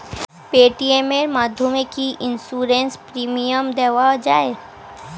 Paytm এর মাধ্যমে কি ইন্সুরেন্স প্রিমিয়াম দেওয়া যায়?